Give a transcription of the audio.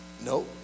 no